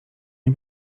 nie